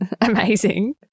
amazing